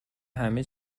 همه